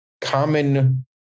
common